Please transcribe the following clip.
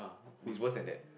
is worse than that